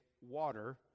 water